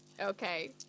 Okay